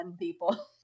people